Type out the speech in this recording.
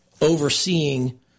overseeing